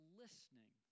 listening